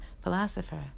philosopher